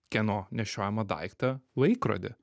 kieno nešiojamą daiktą laikrodį